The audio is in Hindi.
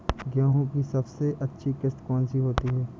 गेहूँ की सबसे अच्छी किश्त कौन सी होती है?